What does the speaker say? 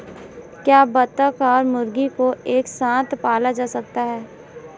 क्या बत्तख और मुर्गी को एक साथ पाला जा सकता है?